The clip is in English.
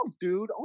dude